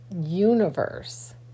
universe